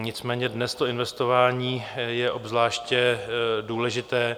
Nicméně dnes to investování je obzvláště důležité.